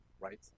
right